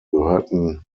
gehörten